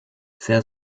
sehr